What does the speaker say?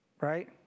Right